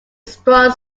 strong